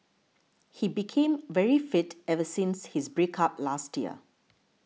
he became very fit ever since his break up last year